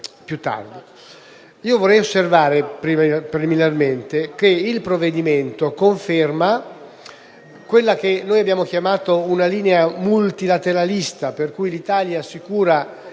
Vorrei osservare preliminarmente che il provvedimento conferma quella che abbiamo chiamato una linea multilateralista, per cui l'Italia assicura